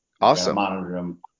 Awesome